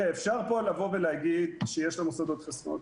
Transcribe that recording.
אפשר פה לבוא ולהגיד שיש למוסדות חסכונות.